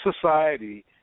society